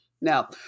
Now